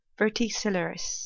Verticillaris